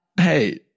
Hey